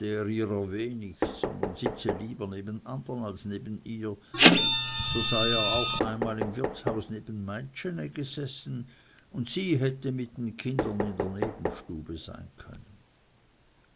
wenig sondern sitze lieber neben andern als neben ihr so sei er auch einmal im wirtshaus neben meitschene gesessen und sie hätte mit den kindern in der nebenstube sein können